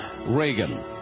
Reagan